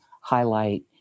highlight